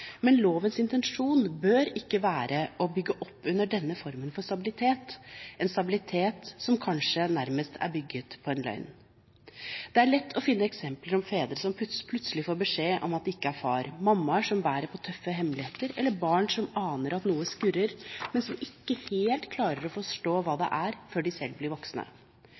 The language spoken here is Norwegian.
men lovens intensjon bør ikke være å bygge opp under denne formen for stabilitet, en stabilitet som kanskje nærmest er bygget på en løgn. Det er lett å finne eksempler på fedre som plutselig får beskjed om at de ikke er far, om mammaer som bærer på tøffe hemmeligheter, eller barn som aner at noe skurrer, men som ikke helt klarer å forstå hva det er, før de selv blir voksne.